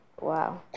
wow